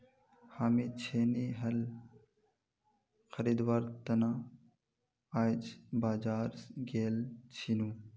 हामी छेनी हल खरीदवार त न आइज बाजार गेल छिनु